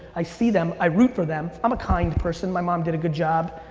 i see them, i root for them. i'm a kind person, my mom did a good job.